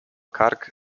kark